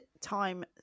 time